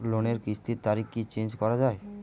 লোনের কিস্তির তারিখ কি চেঞ্জ করা যায়?